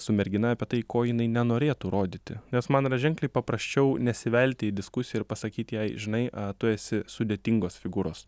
su mergina apie tai ko jinai nenorėtų rodyti nes man yra ženkliai paprasčiau nesivelti į diskusiją ir pasakyt jai žinai a tu esi sudėtingos figūros